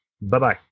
Bye-bye